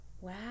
Wow